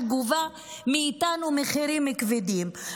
שגובה מאיתנו מחירים כבדים.